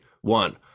one